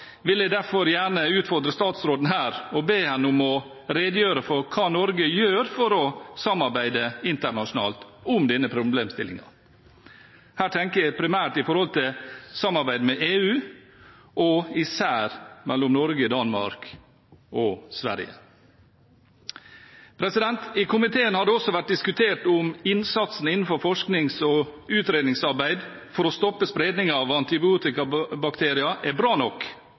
vil jeg gjerne utfordre statsråden her og be henne om å redegjøre for hva Norge gjør for å samarbeide internasjonalt om denne problemstillingen. Her tenker jeg primært på samarbeidet med EU og især på samarbeidet mellom Norge, Danmark og Sverige. I komiteen har det også vært diskutert om innsatsen innenfor forsknings- og utredningsarbeid for å stoppe spredningen av antibiotikaresistente bakterier er bra nok,